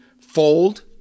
fold